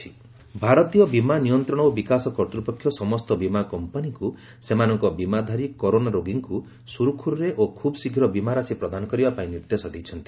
IRDAI corona ଭାରତୀୟ ବୀମା ନିୟନ୍ତ୍ରଣ ଓ ବିକାଶ କର୍ତ୍ତ୍ୱପକ୍ଷ ସମସ୍ତ ବୀମା କମ୍ପାନୀକୁ ସେମାନଙ୍କ ବୀମାଧାରୀ କରୋନା ରୋଗୀଙ୍କୁ ସୁରୁଖୁରୁରେ ଓ ଖୁବ୍ ଶୀଘ୍ର ବୀମା ରାଶି ପ୍ରଦାନ କରିବାପାଇଁ ନିର୍ଦ୍ଦେଶ ଦେଇଛନ୍ତି